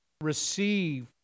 receive